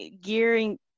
gearing